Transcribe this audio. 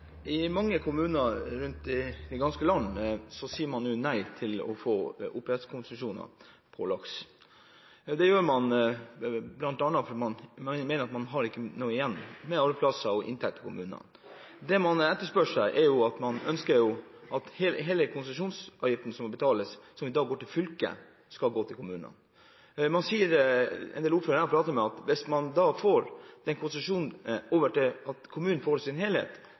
ganske land sier man nå nei til å få oppdrettskonsesjoner på laks. Det gjør man bl.a. fordi man mener at man ikke får noe igjen, som arbeidsplasser og inntekter i kommunene. Det man etterspør og ønsker, er at hele konsesjonsavgiften som må betales, som i dag går til fylket, skal gå til kommunene. En av ordførerne som jeg pratet med, sa at hvis man får konsesjonsavgiften i sin helhet over til kommunen, vil man antakelig åpne for å gi mer areal. Så mitt spørsmål til statsråden er: Er statsråden enig med Fremskrittspartiet i